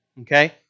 Okay